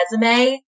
resume